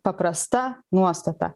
paprasta nuostata